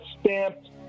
stamped